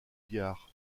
biard